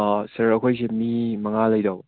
ꯁꯥꯔ ꯑꯩꯈꯣꯏꯁꯦ ꯃꯤ ꯃꯉꯥ ꯂꯩꯗꯧꯕ